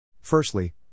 Firstly